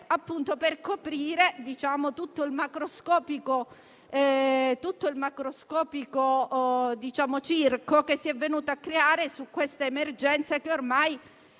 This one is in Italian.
tal modo tutto il macroscopico circo che si è venuto a creare su questa emergenza, che ormai